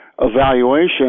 evaluation